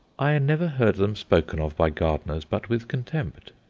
i never heard them spoken of by gardeners but with contempt.